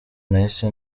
nahise